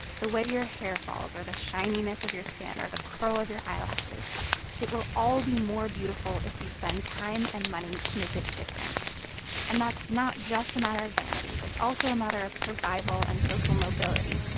the way your hair falls or the shininess of your skin or the curl of your eyelashes it will all be more beautiful if you spend time and money to make it different and that's not just a matter of vanity. it's also a matter of survival and social mobility,